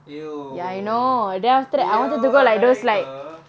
eh yo yo america